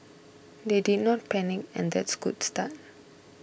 they did not panic and that's good start